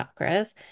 chakras